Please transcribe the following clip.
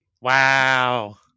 Wow